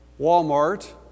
Walmart